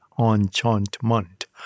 enchantment